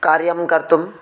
कार्यं कर्तुं